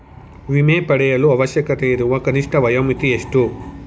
ವಿಮೆ ಪಡೆಯಲು ಅವಶ್ಯಕತೆಯಿರುವ ಕನಿಷ್ಠ ವಯೋಮಿತಿ ಎಷ್ಟು?